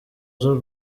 z’u